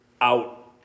out